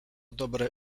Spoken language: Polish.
dobre